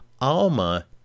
ALMA